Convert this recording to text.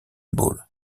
ball